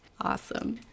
Awesome